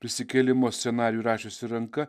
prisikėlimo scenarijų rašiusi ranka